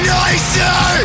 nicer